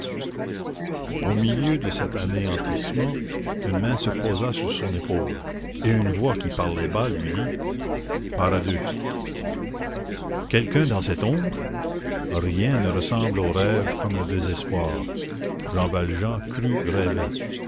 au milieu de cet anéantissement une main se posa sur son épaule et une voix qui parlait bas lui dit part à deux quelqu'un dans cette ombre rien ne ressemble au rêve comme le désespoir jean valjean crut rêver